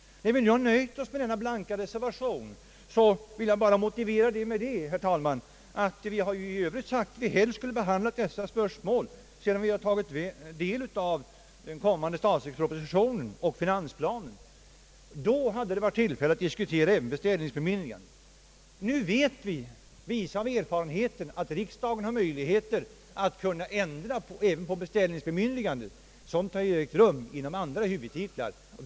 När vi har nöjt oss med denna blanka reservation, vill jag bara motivera det med att vi i övrigt sagt att vi ändå skulle behandlat dessa spörsmål sedan vi tagit del av den kommande statsverkspropositionen och fi nansplanen. Då hade det varit tillfälle att diskutera även beställningsbemyndigandet. Nu vet vi, visa av erfarenheten, att riksdagen har möjlighet att ändra även på beställningsbemyndigandet. Sådant har ägt rum även inom andra huvudtitlar.